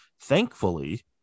Thankfully